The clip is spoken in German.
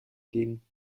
gehen